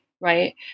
right